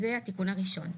זה התיקון הראשון.